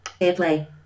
AirPlay